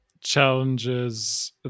challenges